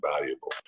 valuable